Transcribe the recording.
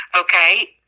Okay